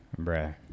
Bruh